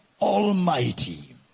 Almighty